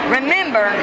Remember